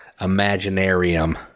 Imaginarium